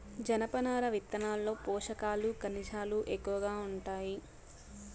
జనపనార విత్తనాల్లో పోషకాలు, ఖనిజాలు ఎక్కువగా ఉంటాయి